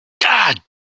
god